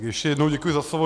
Ještě jednou děkuji za slovo.